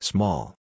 Small